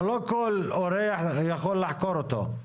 אבל לא כל אורח יכול לחקור אותו.